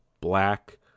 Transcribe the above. black